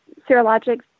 serologic